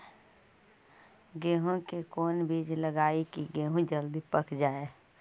गेंहू के कोन बिज लगाई कि गेहूं जल्दी पक जाए?